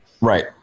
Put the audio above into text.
Right